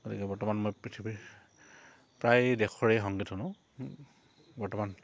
গতিকে বৰ্তমান মই পৃথিৱীৰ প্ৰায় দেশৰেই সংগীত শুনো বৰ্তমান